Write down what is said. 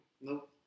Nope